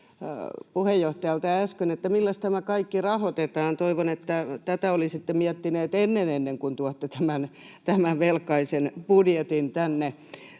puheenjohtajalta äsken, että milläs tämä kaikki rahoitetaan. Toivoin, että tätä olisitte miettineet ennen, ennen kuin tuotte tämän velkaisen budjetin tänne.